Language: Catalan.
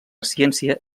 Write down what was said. ciència